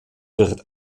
wird